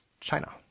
China